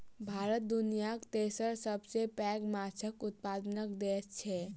भारत दुनियाक तेसर सबसे पैघ माछक उत्पादक देस छै